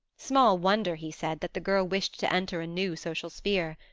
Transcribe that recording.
small wonder, he said, that the girl wished to enter a new social sphere.